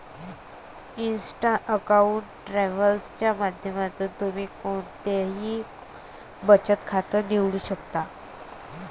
Insta account travel च्या माध्यमातून तुम्ही कोणतंही बचत खातं निवडू शकता